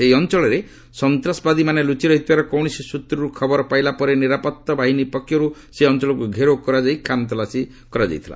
ସେହି ଅଞ୍ଚଳରେ ସନ୍ତାସବାଦୀମାନେ ଲୁଚି ରହିଥିବାର କୌଣସି ସ୍ଚତ୍ରରୁ ଖବର ପାଇଲା ପରେ ନିରାପତ୍ତା ବାହିନୀ ପକ୍ଷରୁ ସେହି ଅଞ୍ଚଳକୁ ଘେରାଉ କରାଯାଇ ଖାନ୍ତଲାସ କରାଯାଇଥିଲା